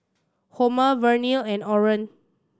Homer Vernal and Oren